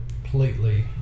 completely